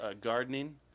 Gardening